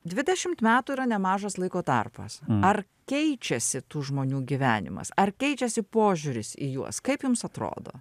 dvidešimt metų yra nemažas laiko tarpas ar keičiasi tų žmonių gyvenimas ar keičiasi požiūris į juos kaip jums atrodo